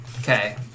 Okay